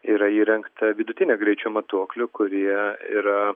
yra įrengta vidutinio greičio matuoklių kurie yra